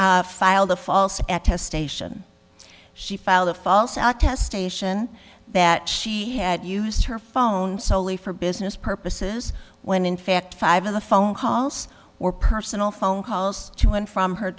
me filed a false test station she filed a false our test station that she had used her phone solely for business purposes when in fact five of the phone calls were personal phone calls to and from her